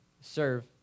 serve